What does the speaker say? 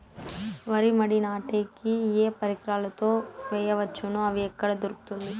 వరి మడి నాటే కి ఏ పరికరాలు తో వేయవచ్చును అవి ఎక్కడ దొరుకుతుంది?